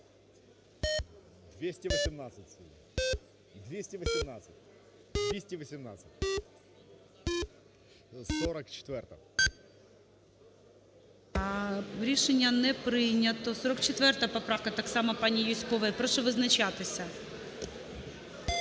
Рішення не прийнято. 47 поправка пані Юзькової. Прошу визначатися.